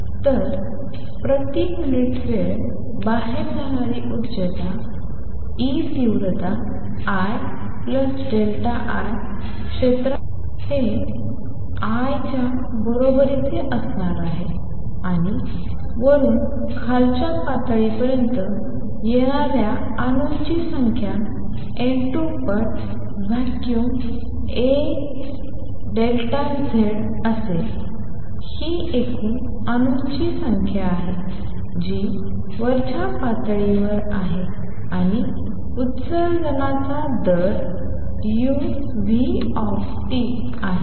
तर प्रति युनिट वेळ बाहेर जाणारी ऊर्जा E तीव्रता II क्षेत्रामध्ये जाणे हे I च्या बरोबरीचे असणार आहे आणि वरून खालच्या पातळीपर्यंत येणाऱ्या अणूंची संख्या n2 पट व्हॉल्यूम ΔZ असेल ही एकूण अणूंची संख्या आहे जी वरच्या पातळीवर आहे आणि उत्सर्जनाचा दर uT आहे